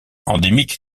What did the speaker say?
endémique